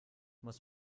muss